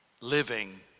living